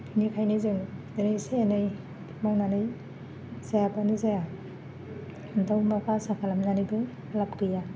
बिनिखायनो जों ओरै इसे एनै मावनानै जायाबानो जाया दाउ अमाखौ आसा खालामनानैबो लाब गैया